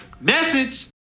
Message